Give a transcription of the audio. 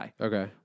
Okay